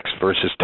versus